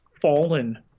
fallen